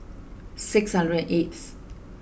six hundred and eighth